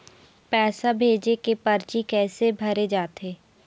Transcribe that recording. पैसा भेजे के परची कैसे भरे जाथे?